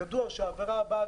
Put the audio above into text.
ויודע שהעבירה הבאה,